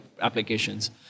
applications